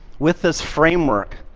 with this framework,